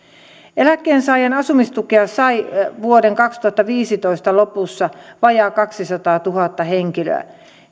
eläkkeensaajan asumistukea sai vuoden kaksituhattaviisitoista lopussa vajaa kaksisataatuhatta henkilöä